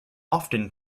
often